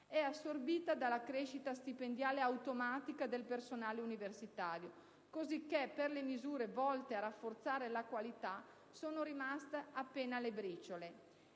è assorbita dalla crescita stipendiale automatica del personale universitario, cosicché per le misure volte a rafforzare la qualità sono rimaste appena le briciole.